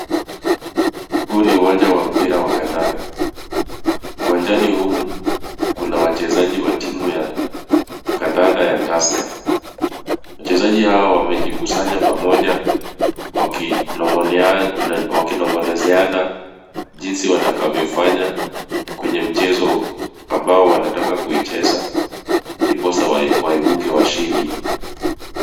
Huu ni uwanja wa mpira wa kandanda. Uwanjani humu kuna wachezaji wa timu ya kandanda ya Tusker. Wachezaji hawa wamejikusanya pamoja wakinong'onezeana jinsi watakavyofanya kwenye mchezo ambao wanataka kuicheza ndiposa waibuke washindi.